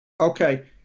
Okay